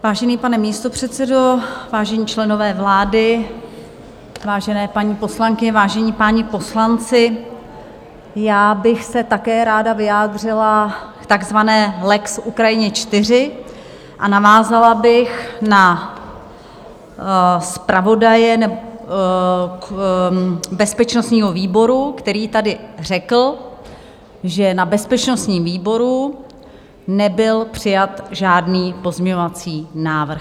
Vážený pane místopředsedo, vážení členové vlády, vážené paní poslankyně, vážení páni poslanci, já bych se také ráda vyjádřila k takzvanému lex Ukrajina IV a navázala bych na zpravodaje bezpečnostního výboru, který tady řekl, že na bezpečnostním výboru nebyl přijat žádný pozměňovací návrh.